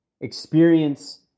experience